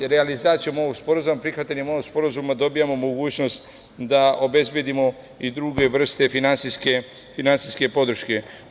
Realizacijom ovog sporazuma, prihvatanjem ovog sporazuma dobijamo mogućnost da obezbedimo i druge vrste finansijske podrške.